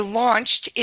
launched